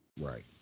Right